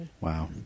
Wow